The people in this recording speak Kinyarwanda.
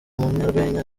umunyarwenya